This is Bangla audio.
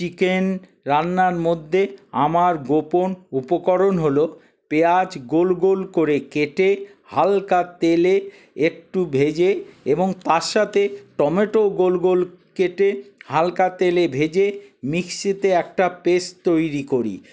চিকেন রান্নার মধ্যে আমার গোপন উপকরণ হল পেঁয়াজ গোল গোল করে কেটে হালকা তেলে একটু ভেজে এবং তার সাথে টমেটো গোল গোল কেটে হালকা তেলে ভেজে মিক্সিতে একটা পেস্ট তৈরি করি